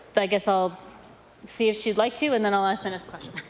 but i guess i'll see if she would like to. and then i'll ask my next question.